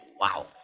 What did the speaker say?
Wow